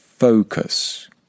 Focus